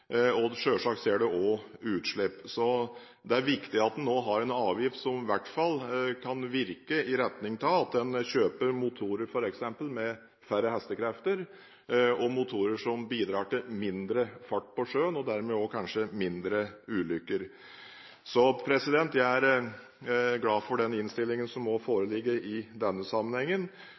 og selvsagt skjer det også utslipp. Så det er viktig at man nå har en avgift som i hvert fall kan virke i retning av at en kjøper motorer f.eks. med færre hestekrefter og motorer som bidrar til mindre fart på sjøen og dermed kanskje også færre ulykker. Jeg er derfor glad for den innstillingen som foreligger i denne sammenhengen.